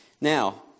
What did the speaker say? Now